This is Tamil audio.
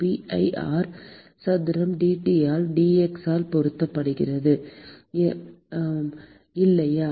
Pi r சதுரம் dT ஆல் dx ஆல் பெருக்கப்படுகிறது இல்லையா